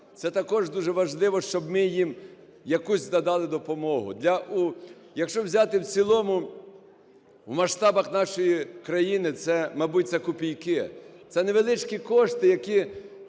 Це також дуже важливо, щоб ми їм якусь надали допомогу. Якщо взяти в цілому, в масштабах нашої країни, мабуть, це копійки. Це невеличкі кошти, які